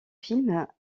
films